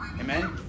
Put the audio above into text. Amen